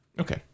Okay